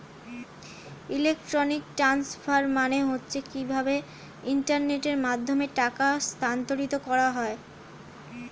electronic transfer মানে হচ্ছে কিভাবে ইন্টারনেটের মাধ্যমে টাকা স্থানান্তর করা হয়